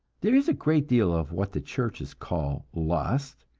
there is a great deal of what the churches call lust,